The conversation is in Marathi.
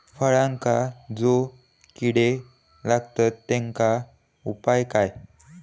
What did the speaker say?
फळांका जो किडे लागतत तेनका उपाय काय?